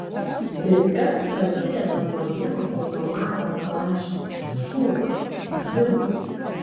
viskas prasideda nuo vieno automato kalašnikov šūvio zvimbt